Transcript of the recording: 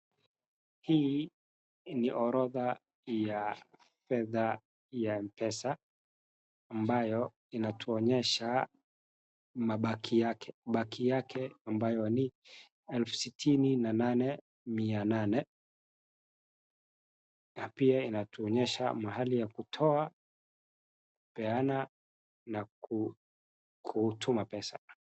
Hii ni orodha ya fedha ya M-Pesa ambayo inatuonyesha mabaki yake ambayo ni elfu sitini na nane, mia nane, na pia inatuonyesha mahali ya kutoa, peana na kutuma pesa.